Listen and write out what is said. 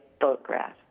photograph